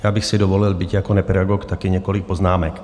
Já bych si dovolil, byť jako nepedagog, taky několik poznámek.